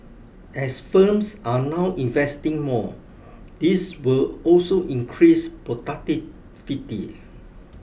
as firms are now investing more this will also increase productivity